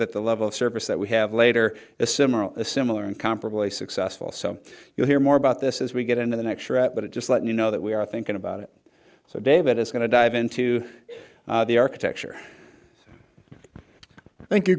that the level of service that we have later is similar a similar incomparably successful so you'll hear more about this as we get into the next year but it just let you know that we are thinking about it so david is going to dive into the architecture thank you